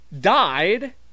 died